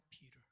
Peter